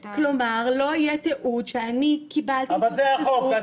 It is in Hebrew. כלומר, לא יהיה תיעוד שקיבלתי --- זה החוק.